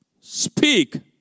Speak